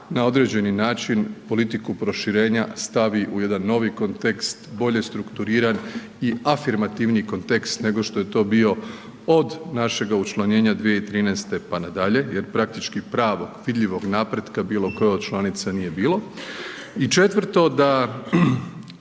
na određeni način politiku proširenja stavi u jedan novi kontekst bolje strukturiran i afirmativni kontekst nego što je to bio od našega učlanjenja 2013. pa nadalje jer praktički pravog vidljivog napretka bilo koje od članica nije bilo i četvrto da